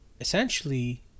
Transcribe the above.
essentially